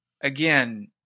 again